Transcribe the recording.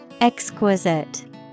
Exquisite